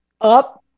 up